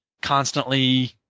constantly